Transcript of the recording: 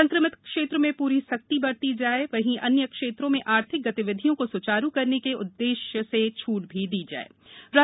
संक्रमित क्षेत्र में पूरी सख्ती बरती जाये वहीं अन्य क्षेत्रों में र्थिक गतिविधियों को स्चारू करने के उद्देश्य से छूट दी जायें